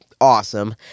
awesome